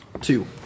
two